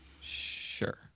Sure